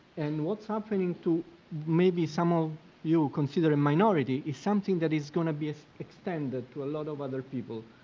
and what's happening to maybe some of you consider a minority is something that is going to be ah extended to a lot of other people.